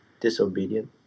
disobedient